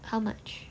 how much